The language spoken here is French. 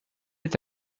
est